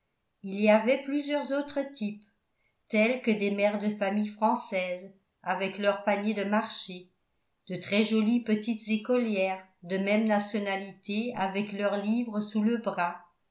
il y avait plusieurs autres types tels que des mères de famille françaises avec leurs paniers de marchés de très jolies petites écolières de même nationalité avec leurs livres sous le bras